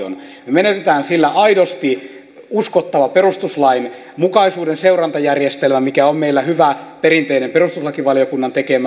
me menetämme sillä aidosti uskottavan perustuslainmukaisuuden seurantajärjestelmän mikä on meillä hyvä perinteinen perustuslakivaliokunnan tekemä